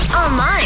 Online